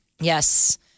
Yes